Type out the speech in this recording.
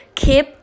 keep